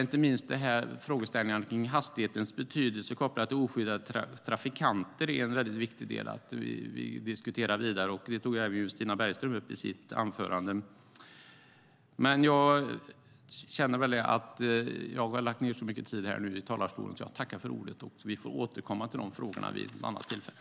Inte minst frågeställningen om hastighetens betydelse kopplat till oskyddade trafikanter tycker jag är en viktig del att diskutera vidare. Stina Bergström tog upp det i sitt anförande. Men jag känner att jag har lagt ned så mycket tid här i talarstolen att jag nu tackar för ordet. Vi får återkomma till dessa frågor vid något annat tillfälle.